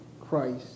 Christ